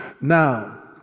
Now